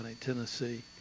Tennessee